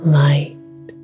light